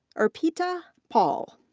arpita pal.